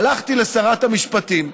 הלכתי לשרת המשפטים,